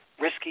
risky